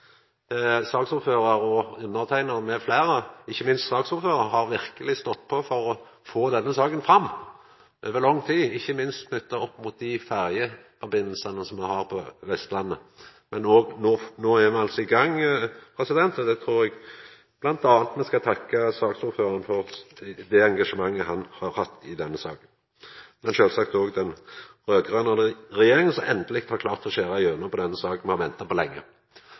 fleire, men særleg saksordføraren, har verkeleg stått på over lang tid for å få denne saka fram, ikkje minst knytt opp mot dei fergesambanda me har på Vestlandet. No er me altså i gang. Det trur eg m.a. me skal takka saksordføraren for, det engasjementet han har hatt i denne saka, men sjølvsagt òg den raud-grøne regjeringa, som endeleg har klart å skjera igjennom i denne saka me har venta på lenge.